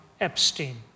Epstein